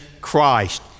Christ